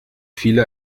viele